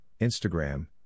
Instagram